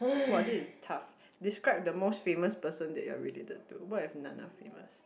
!wah! this is tough describe the most famous person that you are related to what if none of famous